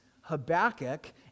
Habakkuk